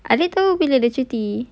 ada tu bila dia cuti